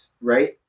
right